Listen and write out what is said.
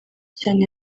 cyane